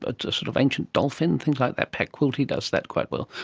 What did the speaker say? ah sort of ancient dolphin, things like that, pat quilty does that quite well.